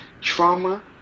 Trauma